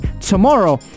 tomorrow